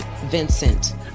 Vincent